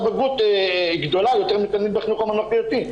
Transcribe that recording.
בגרות גדולה יותר מתלמיד בחינוך הממלכתי.